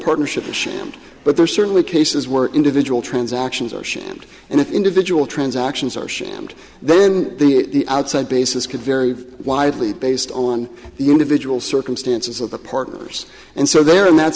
partnership a sham but there are certainly cases where individual transactions are shand and if individual transactions are shams then the outside basis could vary widely based on the individual circumstances of the partners and so there in that